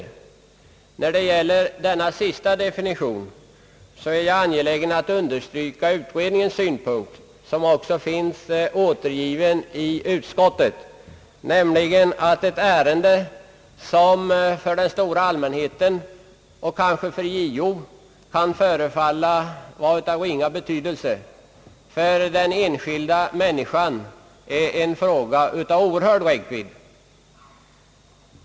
När det gäller denna sista definition är jag angelägen att understryka utredningens synpunkt, som också finns återgiven i utskottsbetänkandet, nämligen att ett ärende, vilket för den stora allmänheten och kanske för JO kan förefalla vara av ringa betydelse, för den enskilda människan kan vara en fråga av oerhörd räckvidd.